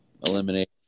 eliminate